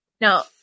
now